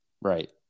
right